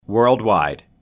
Worldwide